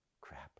crap